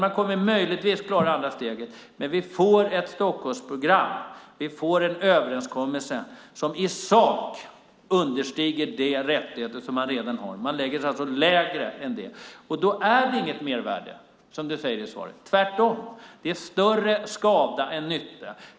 Man kommer möjligtvis att klara andra steget, men det blir ett Stockholmsprogram, en överenskommelse, som i sak understiger de rättigheter som redan finns. Man lägger sig alltså lägre. Då blir det inget mervärde, som du säger i svaret. Tvärtom blir det större skada än nytta.